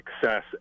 success